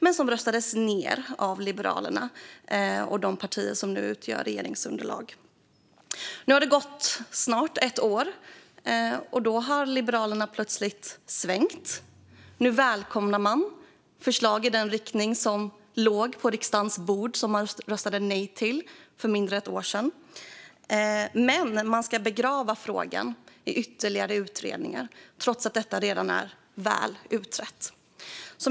Men förslagen röstades ned av Liberalerna och de partier som nu utgör regeringsunderlag. Det har snart gått ett år. Liberalerna har plötsligt svängt. Nu välkomnar man förslag i den riktning som för mindre än ett år sedan låg på riksdagens bord och som man röstade nej till. Men man ska begrava frågan i ytterligare utredningar, trots att den redan är väl utredd.